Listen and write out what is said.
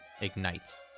ignites